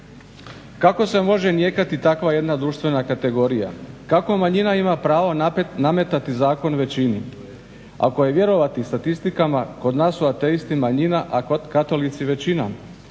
Kako se može nijekati takva jedna društvena kategorija, kako manjina ima pravo nametati zakon većini. Ako je vjerovati statistikama, kod nas su ateisti manjina, a katolici većina.